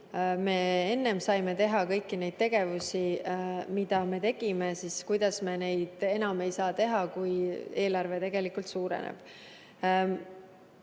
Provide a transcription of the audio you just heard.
me enne saime teha kõiki neid tegevusi, mida me tegime, siis kuidas me neid enam ei saa teha, kui eelarve tegelikult suureneb.